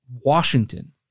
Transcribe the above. Washington